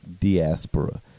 diaspora